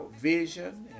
vision